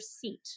seat